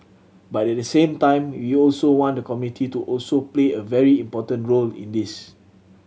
but at the same time we also want the community to also play a very important role in this